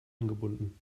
angebunden